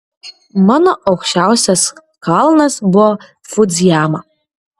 mano aukščiausias kalnas buvo fudzijama